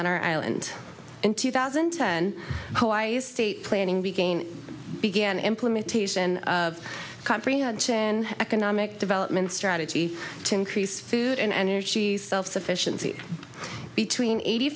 on our island in two thousand and ten planning we gain began implementation of comprehension economic development strategy to increase food and energy self sufficiency between eighty